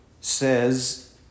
says